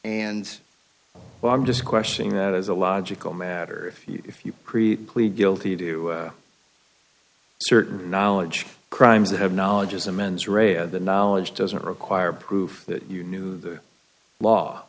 and well i'm just questioning that as a logical matter if you if you create plead guilty do certain knowledge crimes that have knowledge as a mens rea or the knowledge doesn't require proof that you knew the law